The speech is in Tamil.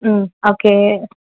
ம் ஓகே